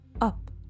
up